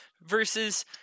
Versus